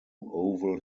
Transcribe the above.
oval